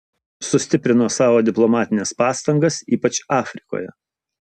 sustiprino savo diplomatines pastangas ypač afrikoje